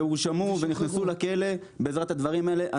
הואשמו ונכנסו לכלא בעזרת הדברים האלה.